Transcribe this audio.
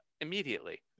immediately